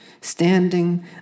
standing